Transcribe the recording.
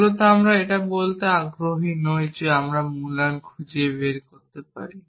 মূলত আমরা বলতে এতটা আগ্রহী নই যে আমরা মূল্যায়ন খুঁজে পেতে পারি